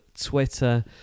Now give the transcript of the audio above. Twitter